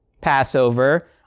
Passover